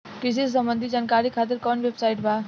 कृषि से संबंधित जानकारी खातिर कवन वेबसाइट बा?